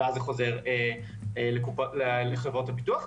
שאז זה חוזר לחברות הביטוח.